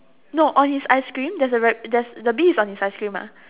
no on his ice cream there's a rab~ there's the bee is on his ice cream ah